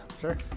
sure